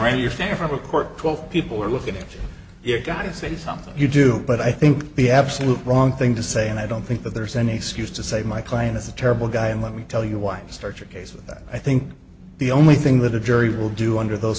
twelve people are looking at you you're gonna say something you do but i think the absolute wrong thing to say and i don't think that there's any excuse to say my client is a terrible guy and let me tell you why start your case with that i think the only thing that a jury will do under those